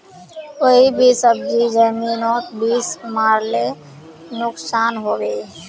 कोई भी सब्जी जमिनोत बीस मरले नुकसान होबे?